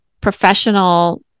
professional